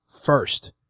first